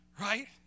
Right